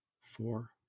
four